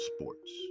sports